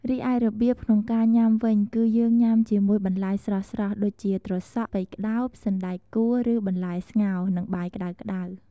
រីឯរបៀបក្នុងការញ៉ាំវិញ គឺយើងញ៉ាំជាមួយបន្លែស្រស់ៗ ដូចជា ត្រសក់ ស្ពៃក្ដោប សណ្ដែកកួរ ឬបន្លែស្ងោរ និងបាយក្តៅៗ។